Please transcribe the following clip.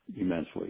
immensely